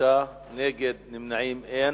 בעד, 5, נגד, אין ונמנעים אין.